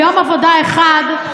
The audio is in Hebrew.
ביום עבודה אחד,